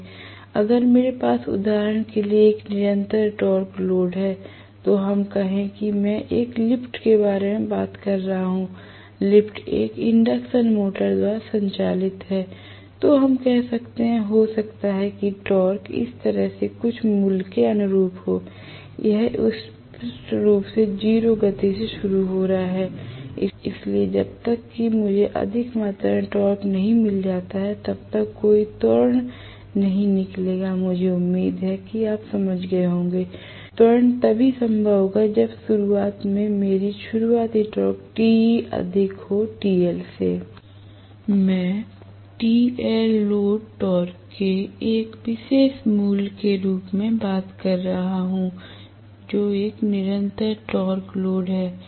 अगर मेरे पास उदाहरण के लिए एक निरंतर टॉर्क लोड है तो हम कहें कि मैं एक लिफ्ट के बारे में बात कर रहा हूं लिफ्ट एक प्रेरण मोटर द्वारा संचालित है तो हम कहते हैं हो सकता है कि टॉर्क इस तरह से कुछ मूल्य के अनुरूप हो यह स्पष्ट रूप से 0 गति से शुरू हो रहा है इसलिए जब तक कि मुझे अधिक मात्रा में टॉर्क नहीं मिल जाता है तब तक कोई त्वरण नहीं निकलेगा मुझे उम्मीद है कि आप समझ गए होंगे त्वरण तभी संभव होगा जब शुरुआत से मेरा शुरुआती टॉर्क Te अधिक हो TLसे l मैं TL लोड टॉर्क के एक विशेष मूल्य के रूप में बात कर रहा हूं जो एक निरंतर टॉर्क लोड है